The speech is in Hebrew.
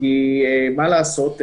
כי מה לעשות,